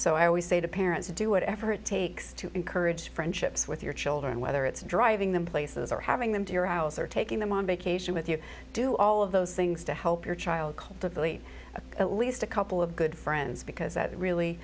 so i always say to parents do whatever it takes to encourage friendships with your children whether it's driving them places or having them to your house or taking them on vacation with you do all of those things to help your child to believe at least a couple of good friends because that really